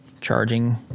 charging